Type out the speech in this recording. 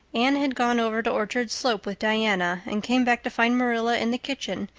anne had gone over to orchard slope with diana and came back to find marilla in the kitchen,